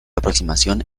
aproximación